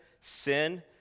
sin